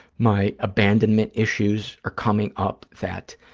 my abandonment issues are coming up that